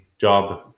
job